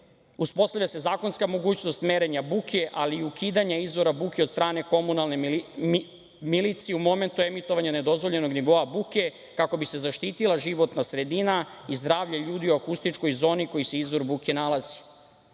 uspostavlja se zakonska mogućnost merenja buke, ali i ukidanja izvora buke od strane komunalne milicije u momentu emitovanja nedozvoljenog nivoa buke, kako bi se zaštitila životna sredina i zdravlje ljudi u akustičnoj zoni u kojoj se izvor buke